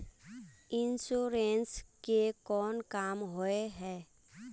Insurance के कोन काम होय है?